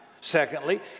Secondly